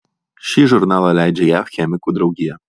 šį žurnalą leidžia jav chemikų draugija